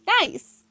nice